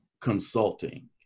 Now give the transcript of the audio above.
consulting